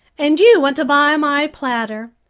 and you want to buy my platter.